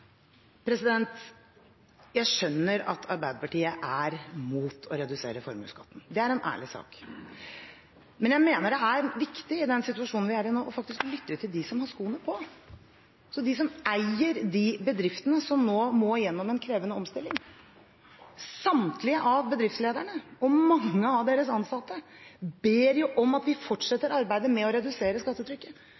redusere formuesskatten. Det er en ærlig sak. Jeg mener det er viktig i den situasjonen vi er i nå, faktisk å lytte til dem som kjenner hvor skoen trykker – de som eier de bedriftene som nå må gjennom en krevende omstilling. Samtlige av bedriftslederne og mange av deres ansatte ber om at vi fortsetter arbeidet med å redusere skattetrykket. De ber oss om å sørge for at vi